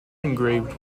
engraved